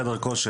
חדר כושר,